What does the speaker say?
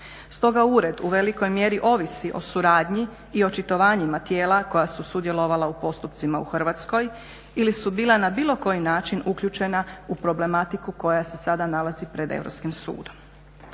Stoga ured u velikoj mjeri ovisi o suradnji i očitovanjima tijela koja su sudjelovala u postupcima u Hrvatskoj ili su bila na bilo koji način uključena u problematiku koja se sada nalazi pred Europskim sudom.